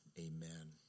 amen